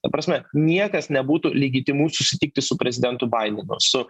ta prasme niekas nebūtų legitimu susitikti su prezidentu baidenu su